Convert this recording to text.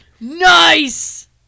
Nice